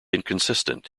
inconsistent